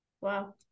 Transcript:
Wow